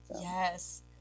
Yes